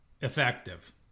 effective